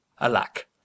alack